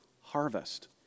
harvest